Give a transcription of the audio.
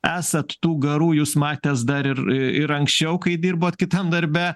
esat tų garų jūs matęs dar ir ir anksčiau kai dirbot kitam darbe